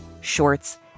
shorts